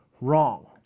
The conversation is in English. wrong